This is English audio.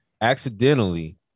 Accidentally